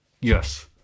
Yes